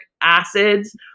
acids